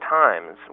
times